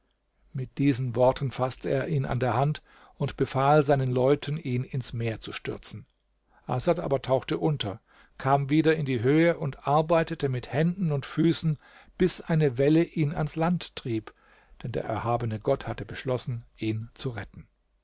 mit diesen worten faßte er ihn an der hand und befahl seinen leuten ihn ins meer zu stürzen asad aber tauchte unter kam wieder in die höhe und arbeitete mit händen und füßen bis eine welle ihn ans land trieb denn der erhabene gott hatte beschlossen ihn zu retten